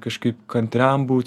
kažkaip kantriam būt